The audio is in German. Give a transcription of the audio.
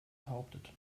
behauptet